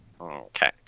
Okay